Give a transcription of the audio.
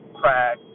crack